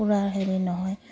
ফুৰাৰ হেৰি নহয়